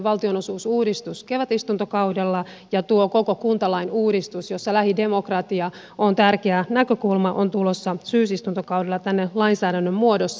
valtionosuusuudistus kevätistuntokaudella ja tuo koko kuntalain uudistus jossa lähidemokratia on tärkeä näkökulma on tulossa syysistuntokaudella tänne lainsäädännön muodossa